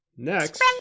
next